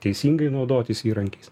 teisingai naudotis įrankiais